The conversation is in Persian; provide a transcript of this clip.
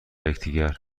یکدیگر